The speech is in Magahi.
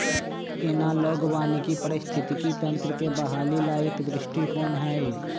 एनालॉग वानिकी पारिस्थितिकी तंत्र के बहाली ला एक दृष्टिकोण हई